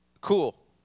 Cool